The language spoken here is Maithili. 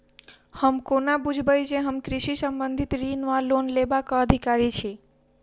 हम कोना बुझबै जे हम कृषि संबंधित ऋण वा लोन लेबाक अधिकारी छी?